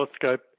Telescope